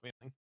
feeling